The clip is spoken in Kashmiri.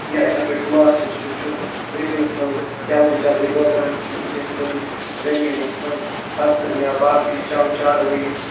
یا یِتھَے پٲٹھۍ پٕلاسٹِک سُہِ چھُنہٕ زٔمیٖنَس منٛز جلدی جلدی دۄدران کینٛہہ ییٚمہِ سۭتۍ سٲنۍ زٔمیٖنَس منٛز فَصٕل یا باقٕے چَو چاروٲے یِم